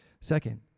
Second